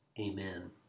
Amen